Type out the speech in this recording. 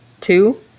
two